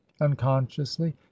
unconsciously